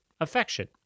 affection